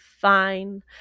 fine